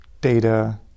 data